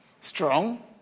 strong